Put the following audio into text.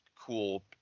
cool